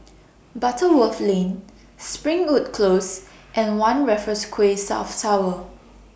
Butterworth Lane Springwood Close and one Raffles Quay South Tower